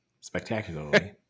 spectacularly